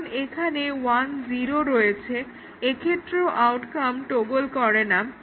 এখন এখানে 1 0 রয়েছে এক্ষেত্রেও আউটকাম টগল করেনা